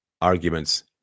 arguments